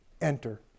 enter